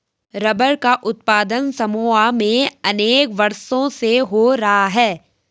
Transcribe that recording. rubber का उत्पादन Samoa में अनेक वर्षों से हो रहा है